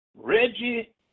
Reggie